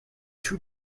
two